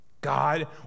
God